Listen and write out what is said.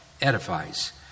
edifies